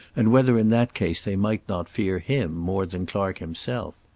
and whether in that case they might not fear him more than clark himself.